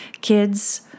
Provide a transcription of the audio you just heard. Kids